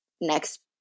next